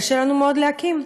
קשה לנו מאוד להקים.